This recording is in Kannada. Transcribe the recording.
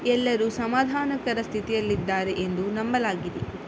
ಎಲ್ಲರೂ ಸಮಾಧಾನಕರ ಸ್ಥಿತಿಯಲ್ಲಿ ಇದ್ದಾರೆ ಎಂದು ನಂಬಲಾಗಿದೆ